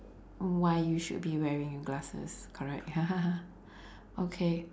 why you should be wearing your glasses correct okay